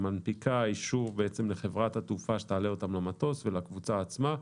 שמנפיקה אישור לחברת התעופה שתעלה אותם למטוס ולקבוצה עצמה.